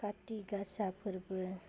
खाथि गासा फोर्बो